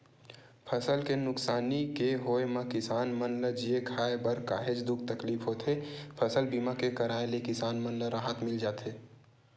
फसल के नुकसानी के होय म किसान मन ल जीए खांए बर काहेच दुख तकलीफ होथे फसल बीमा के कराय ले किसान मन ल राहत मिल जाथे